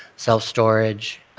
self storage.